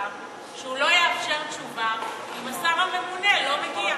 שהוא לא יאפשר תשובה אם השר הממונה לא מגיע.